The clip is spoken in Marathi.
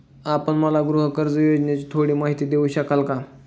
आपण मला गृहकर्ज योजनेची थोडी माहिती देऊ शकाल का?